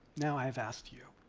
now i've asked you.